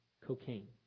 cocaine